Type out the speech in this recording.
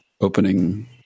opening